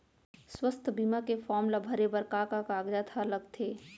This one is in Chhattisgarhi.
स्वास्थ्य बीमा के फॉर्म ल भरे बर का का कागजात ह लगथे?